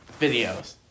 videos